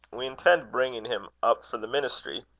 we intend bringing him up for the ministry.